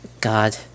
God